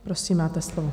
Prosím, máte slovo.